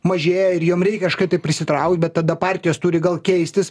mažėja ir jom reikia kašai tai prisitraukt bet tada partijos turi gali keistis